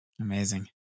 Amazing